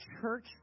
church